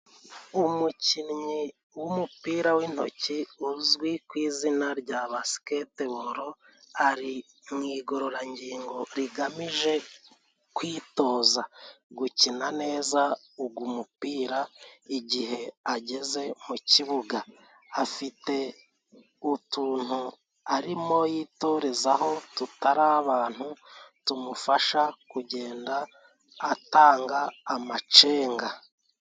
Umukinnyi w'umupira w'intoki, uzwi ku izina rya basiketiboro, ari mugororangingo rigamije kwitoza gukina neza umupira igihe ageze mukibuga, afite utuntu arimo yitorezaho tutari abantu tumufasha kugenda atanga amacenga.